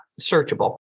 searchable